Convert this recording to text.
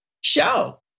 show